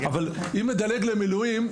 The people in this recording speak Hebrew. אבל אם נדלג למילואים,